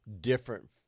different